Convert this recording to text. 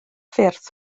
ffyrdd